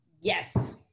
Yes